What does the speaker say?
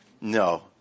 No